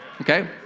Okay